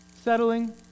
settling